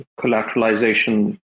collateralization